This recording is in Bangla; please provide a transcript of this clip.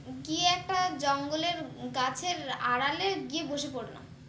গিয়ে একটা জঙ্গলের গাছের আড়ালে গিয়ে বসে পড়লাম